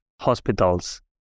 hospitals